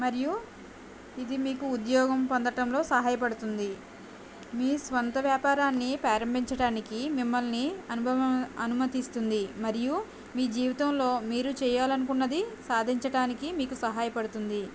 మరియు ఇది మీకు ఉదోగం పొందటంలో సహాయపడుతుంది మీ సొంత వ్యాపారాన్ని ప్రారంభించటానికి మిమల్ని అనుభవం అనుమతిస్తుంది మరియు మీ జీవితంలో మీరు చేయాలనుకున్నది సాదించటానికి మీకు సహాయ పడుతుంది